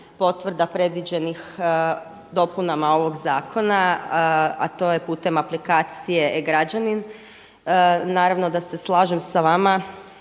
potvrda predviđenih dopunama ovog zakona, a to je putem aplikacije e-Građanin. Naravno da se slažem sa vama